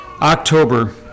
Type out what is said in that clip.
October